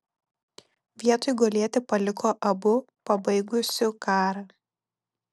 vietoj gulėti paliko abu pabaigusiu karą